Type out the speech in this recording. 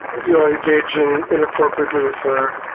you know, engaging inappropriately with her,